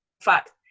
fact